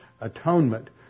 atonement